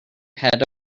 head